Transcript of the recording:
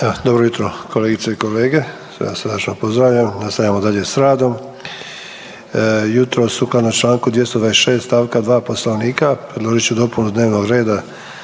dobro jutro kolegice i kolege, sve vas srdačno pozdravljam, nastavljamo dalje s radom. Jutros sukladno čl. 226 st. 2 Poslovnika predložit ću dopunu dnevnog reda